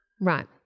Right